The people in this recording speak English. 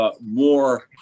more